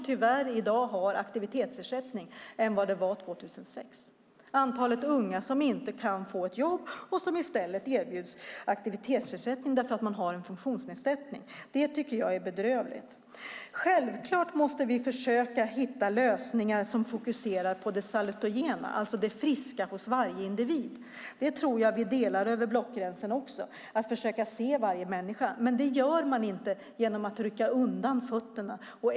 Det är fler som i dag har aktivitetsersättning än det var 2006. Antalet unga som inte kan få jobb erbjuds i stället aktivitetsersättning för att de har en funktionsnedsättning. Det tycker jag är bedrövligt. Självklart måste vi försöka hitta lösningar som fokuserar på det salutogena, alltså på det friska hos varje individ. Jag tror att vi över blockgränserna delar åsikten att vi måste försöka se varje människa. Det gör man dock inte genom att rycka undan mattan.